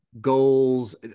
goals